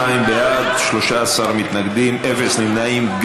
82 בעד, 13 מתנגדים אפס נמנעים.